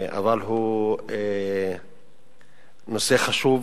אבל הוא נושא חשוב,